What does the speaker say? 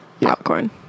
popcorn